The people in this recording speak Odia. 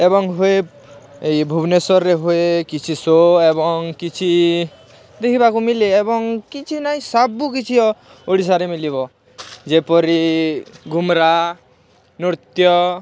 ଏବଂ ହୁଏ ଏହି ଭୁବନେଶ୍ୱରେ ହୁଏ କିଛି ସୋ ଏବଂ କିଛି ଦେଖିବାକୁ ମିଳେ ଏବଂ କିଛି ନାହିଁ ସବୁକିଛି ଓଡ଼ିଶାରେ ମିଳିବ ଯେପରି ଘୁମରା ନୃତ୍ୟ